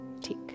tick